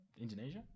Indonesia